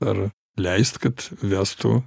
ar leist kad vestų